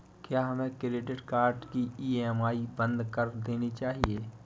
क्या हमें credit card की ई.एम.आई बंद कर देनी चाहिए?